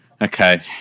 Okay